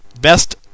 Best